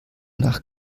nach